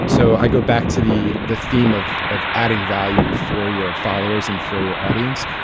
so i go back to the the theme of of adding value for your followers and for your audience.